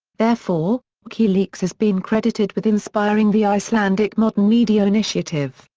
therefore, wikileaks has been credited with inspiring the icelandic modern media initiative,